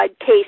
Case